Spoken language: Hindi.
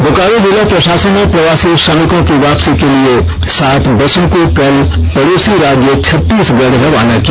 बोकारो जिला प्रषासन ने प्रवासी श्रमिकों की वापसी के लिए सात बसों को कल पड़ोसी राज्य छत्तीसगढ़ रवाना किया